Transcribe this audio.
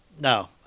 no